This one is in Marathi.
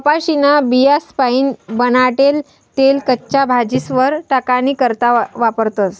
कपाशीन्या बियास्पाईन बनाडेल तेल कच्च्या भाजीस्वर टाकानी करता वापरतस